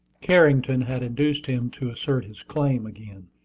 carrington had induced him to assert his claim again.